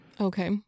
Okay